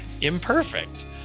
imperfect